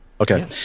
Okay